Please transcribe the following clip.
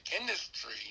industry